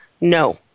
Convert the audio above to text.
no